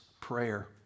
prayer